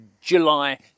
July